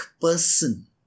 person